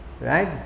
right